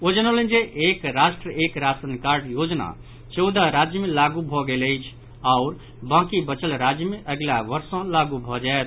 ओ जनौलनि जे एक राष्ट्र एक राशन कार्ड योजना चौदह राज्य मे लागू भऽ गेल अछि आओर बाकि बचल राज्य मे अगिला वर्ष सॅ लागू भऽ जायत